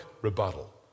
rebuttal